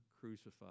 crucified